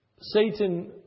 Satan